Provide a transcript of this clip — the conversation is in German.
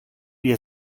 ihr